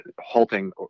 halting